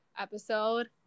episode